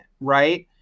right